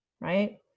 right